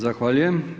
Zahvaljujem.